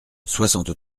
soixante